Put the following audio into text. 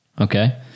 Okay